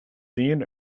seen